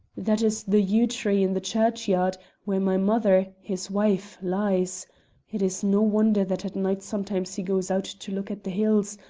that is the yew-tree in the churchyard where my mother, his wife, lies it is no wonder that at night sometimes he goes out to look at the hills,